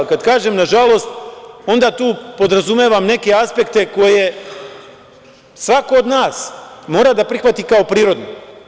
Kada kažem nažalost, onda tu podrazumevam neke aspekte koje svako od nas mora da prihvati kao prirodne.